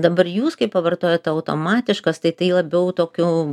dabar jūs kaip pavartojot tą automatiškas tai tai labiau tokiu